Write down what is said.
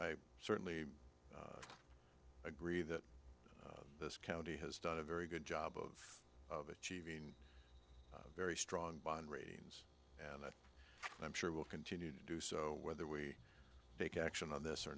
i certainly agree that this county has done a very good job of of achieving a very strong bond ratings and i'm sure will continue to do so whether we take action on this or